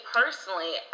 personally